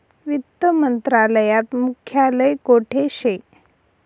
वित्त मंत्रालयात मुख्यालय कोठे शे